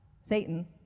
Satan